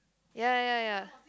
ya ya ya